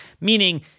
Meaning